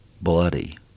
bloody